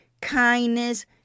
kindness